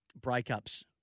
breakups